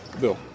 Bill